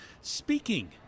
speaking